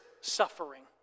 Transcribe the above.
Suffering